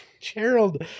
Gerald